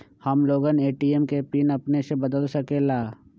हम लोगन ए.टी.एम के पिन अपने से बदल सकेला?